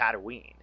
tatooine